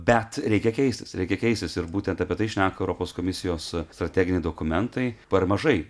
bet reikia keistis reikia keistis ir būtent apie tai šneka europos komisijos strateginiai dokumentai per mažai